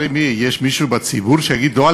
יש מישהו בציבור שיגיד: לא,